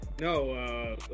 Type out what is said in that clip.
No